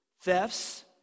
thefts